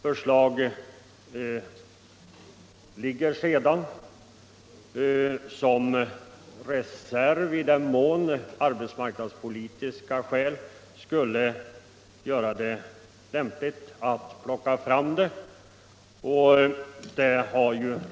Förslaget ligger nu i reserv att tillgripas för den händelse att arbetsmarknadspolitiska skäl skulle motivera en igångsättning.